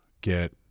get